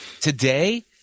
Today